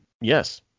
Yes